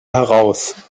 heraus